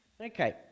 Okay